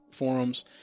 forums